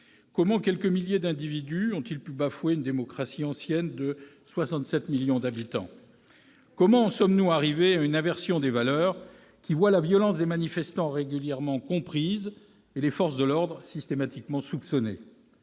Comment quelques milliers d'individus ont-ils pu bafouer une démocratie ancienne de 67 millions d'habitants ? Comment en sommes-nous arrivés à une inversion des valeurs qui voit la violence des manifestants régulièrement « comprise » et les forces de l'ordre systématiquement soupçonnées ?